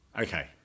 Okay